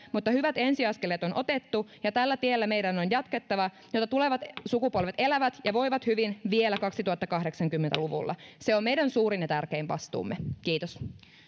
mutta hyvät ensiaskeleet on otettu ja tällä tiellä meidän on jatkettava jotta tulevat sukupolvet elävät ja voivat hyvin vielä kaksituhattakahdeksankymmentä luvulla se on meidän suurin ja tärkein vastuumme kiitos